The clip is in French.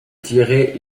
tirait